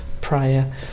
prior